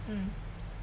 mm